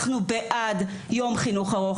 אנחנו בעד יום לימודים ארוך.